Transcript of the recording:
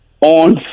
On